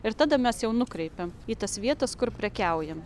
ir tada mes jau nukreipiam į tas vietas kur prekiaujam